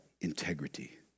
integrity